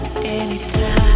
Anytime